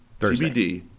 TBD